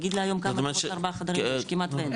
ארבעה חדרים כמעט ואין.